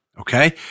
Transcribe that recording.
okay